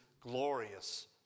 glorious